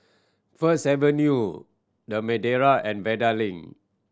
First Avenue The Madeira and Vanda Link